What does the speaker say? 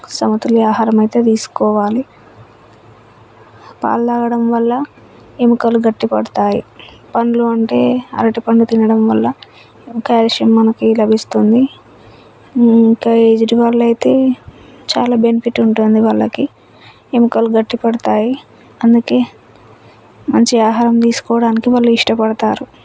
సమతుల్య ఆహారమైతే తీసుకోవాలి పాలు తాగడం వల్ల ఎముకలు గట్టి పడతాయి పండ్లు అంటే అరటి పండు తినడం వల్ల క్యాల్షియం మనకి లభిస్తుంది ఏజ్డ్ వాళ్ళు అయితే చాలా బెనిఫిట్ ఉంటుంది వాళ్ళకి ఎముకలు గట్టి పడతాయి అందుకే మంచి ఆహారం తీసుకోవడానికి వాళ్ళు ఇష్టపడతారు